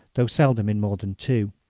though seldom in more than two.